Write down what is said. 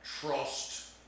trust